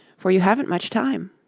for you haven't much time.